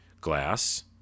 Glass